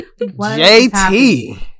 JT